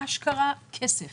אשכרה כסף.